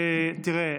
תראה,